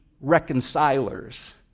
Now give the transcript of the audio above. reconcilers